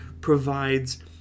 provides